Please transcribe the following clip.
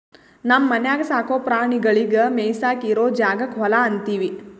ತಮ್ಮ ಮನ್ಯಾಗ್ ಸಾಕೋ ಪ್ರಾಣಿಗಳಿಗ್ ಮೇಯಿಸಾಕ್ ಇರೋ ಜಾಗಕ್ಕ್ ಹೊಲಾ ಅಂತೀವಿ